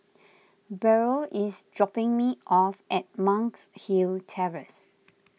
Beryl is dropping me off at Monk's Hill Terrace